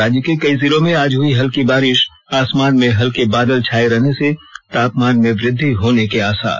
और राज्य के कई जिलों में आज हुई हल्की बारिश आसमान में हल्के बादल छाये रहने से तापमान में वृद्धि होने के आसार